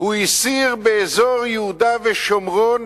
הוא הסיר באזור יהודה ושומרון